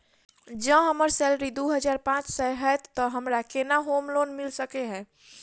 जँ हम्मर सैलरी दु हजार पांच सै हएत तऽ हमरा केतना होम लोन मिल सकै है?